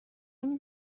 نمی